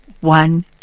one